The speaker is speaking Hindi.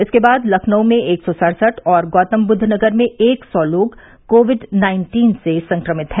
इसके बाद लखनऊ में एक सौ सड़सठ और गौतमबुद्द नगर में एक सौ लोग कोविड नाइन्टीन से संक्रमित हैं